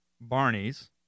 Barney's